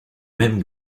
même